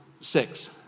six